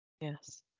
yes